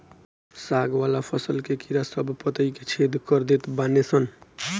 साग वाला फसल के कीड़ा सब पतइ के छेद कर देत बाने सन